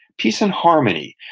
peace and harmony,